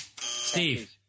Steve